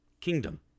Kingdom